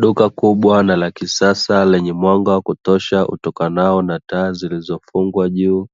Duka kubwa nalakisasa lenye mwanga wakutosha utokanao na taa zilizofungwa juu,